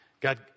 God